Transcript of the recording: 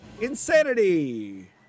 insanity